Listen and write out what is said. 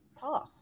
path